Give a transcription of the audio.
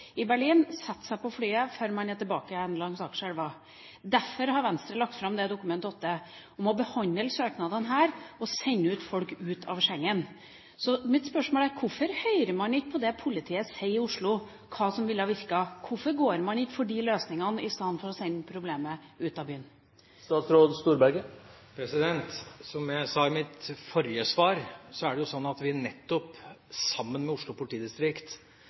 i Berlin og sette seg på flyet, før man er tilbake igjen langs Akerselva. Derfor har Venstre lagt fram det Dokument 8-forslaget om å behandle søknadene her og sende folk ut av Schengen. Mitt spørsmål er: Hvorfor hører man ikke på det politiet sier i Oslo om hva som ville virket? Hvorfor går man ikke for de løsningene i stedet for å sende problemet ut av byen? Som jeg sa i mitt forrige svar, er det sånn at vi sammen med Oslo politidistrikt